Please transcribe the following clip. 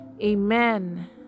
Amen